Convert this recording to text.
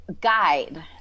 guide